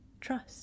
trust